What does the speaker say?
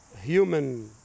human